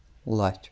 لَچھ